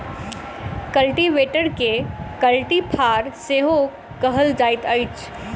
कल्टीवेटरकेँ कल्टी फार सेहो कहल जाइत अछि